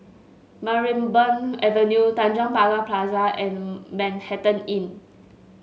Sarimbun Avenue Tanjong Pagar Plaza and Manhattan Inn